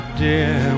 dear